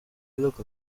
look